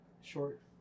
short